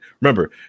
Remember